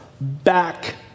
back